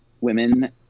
women